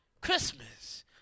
Christmas